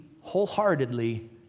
wholeheartedly